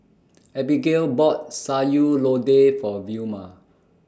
Abigayle bought Sayur Lodeh For Vilma